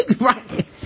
Right